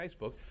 Facebook